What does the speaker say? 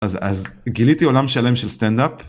אז גיליתי עולם שלם של סטנדאפ.